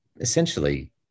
essentially